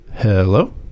Hello